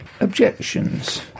objections